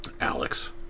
Alex